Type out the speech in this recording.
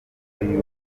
y’uwo